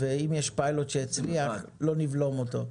ואם יש פיילוט שיצליח לא נבלום אותו.